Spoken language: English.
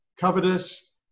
covetous